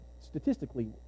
statistically